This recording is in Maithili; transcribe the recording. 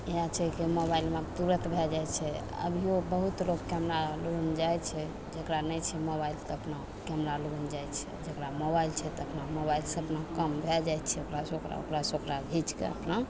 इएह छै कि मोबाइलमे आब तुरन्त भै जाइ छै अभिओ बहुत लोक कैमरा लुगन जाइ छै जकरा नहि छै मोबाइल तऽ अपना कैमरा लुगन जाइ छै जकरा मोबाइल छै तऽ अपना मोबाइलसे अपना काम भै जाइ छै ओकरासे ओकरा ओकरासे ओकरा घिचिके अपना